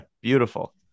Beautiful